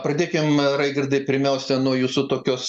pradėkim raigardai pirmiausia nuo jūsų tokios